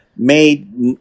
made